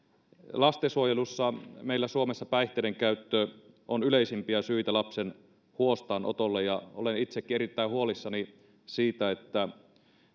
lastensuojelussa meillä suomessa päihteiden käyttö on yleisimpiä syitä lapsen huostaanotolle olen itsekin erittäin huolissani siitä